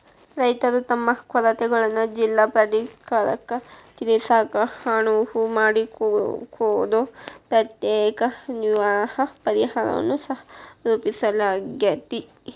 ರೈತರು ತಮ್ಮ ಕೊರತೆಗಳನ್ನ ಜಿಲ್ಲಾ ಪ್ರಾಧಿಕಾರಕ್ಕ ತಿಳಿಸಾಕ ಅನುವು ಮಾಡಿಕೊಡೊ ಪ್ರತ್ಯೇಕ ವಿವಾದ ಪರಿಹಾರನ್ನ ಸಹರೂಪಿಸಲಾಗ್ಯಾತಿ